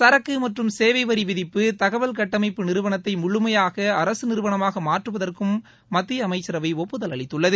சரக்கு மற்றும் சேவை வரி விதிப்பு தகவல் கட்டமைப்பு நிறுவனத்தை முழுமையாக அரசு நிறுவனமாக மாற்றுவதற்கும் மத்திய அமைச்சரவை ஒப்புதல் அளித்துள்ளது